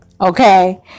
Okay